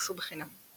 וטסו בחינם.